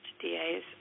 DA's